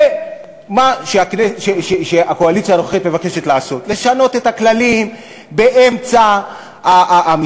זה מה שהקואליציה הנוכחית מבקשת לעשות: לשנות את הכללים באמצע המשחק,